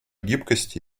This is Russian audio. гибкости